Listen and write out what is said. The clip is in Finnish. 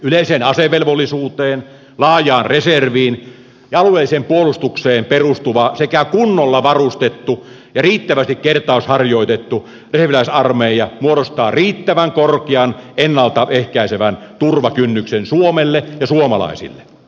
yleiseen asevelvollisuuteen laajaan reserviin ja alueelliseen puolustukseen perustuva sekä kunnolla varustettu ja riittävästi kertausharjoitettu reserviläisarmeija muodostaa riittävän korkean ennalta ehkäisevän turvakynnyksen suomelle ja suomalaisille